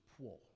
poor